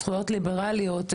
זכויות ליברליות,